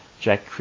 Jack